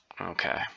Okay